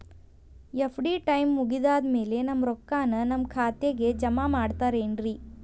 FD time ಮುಗಿದಾದ್ ಮ್ಯಾಲೆ ನಮ್ ರೊಕ್ಕಾನ ನಮ್ ಖಾತೆಗೆ ಜಮಾ ಮಾಡ್ತೇರೆನ್ರಿ?